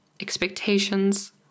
expectations